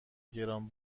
گران